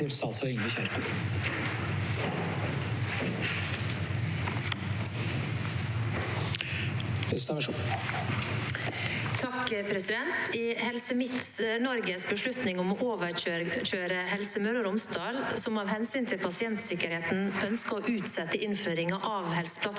(FrP) «I Helse Midt-Nor- ges beslutning om å overkjøre Helse Møre og Romsdal, som av hensyn til pasientsikkerheten ønsket å utsette innføring av Helseplattformen,